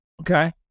Okay